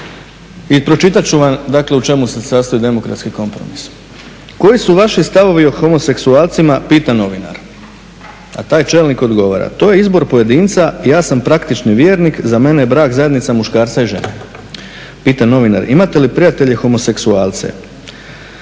i pročita ću vam dakle u čemu se sastoji demokratski kompromis. Koji su vaši stavovi o homoseksualcima, pita novinar. A taj čelnik odgovara: To je izbor pojedinca, ja sam praktični vjernik, za mene je brak zajednica muškarca i žene. Pita novinar, imate li prijatelje homoseksualce?